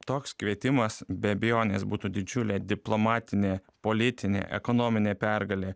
toks kvietimas be abejonės būtų didžiulė diplomatinė politinė ekonominė pergalė